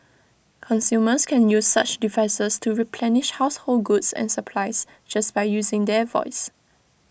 consumers can use such devices to replenish household goods and supplies just by using their voice